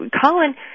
Colin